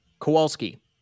Kowalski